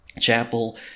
chapel